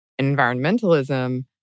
environmentalism